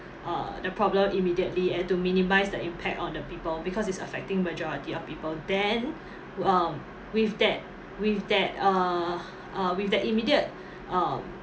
uh the problem immediately and to minimise the impact on the people because it's affecting majority of people then w~ um with that with that uh uh with that immediate um